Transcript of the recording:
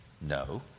No